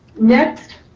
next,